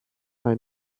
mal